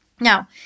Now